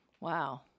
Wow